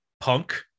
punk